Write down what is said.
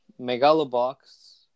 Megalobox